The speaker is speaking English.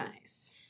nice